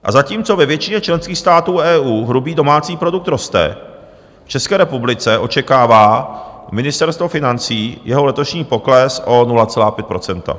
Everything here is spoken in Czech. A zatímco ve většině členských států EU hrubý domácí produkt roste, v České republice očekává Ministerstvo financí jeho letošní pokles o 0,5 %.